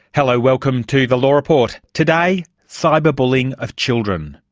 hello, welcome to the law report. today, cyber bullying of children.